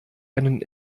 einen